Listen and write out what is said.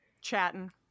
chatting